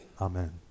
amen